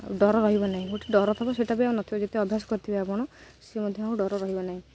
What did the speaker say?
ଆଉ ଡର ରହିବ ନାହିଁ ଗୋଟେ ଡର ଥିବ ସେଇଟା ବି ଆଉ ନଥିବ ଯେତେ ଅଭ୍ୟାସ କରିଥିବେ ଆପଣ ସିଏ ମଧ୍ୟ ଆଉ ଡର ରହିବ ନାହିଁ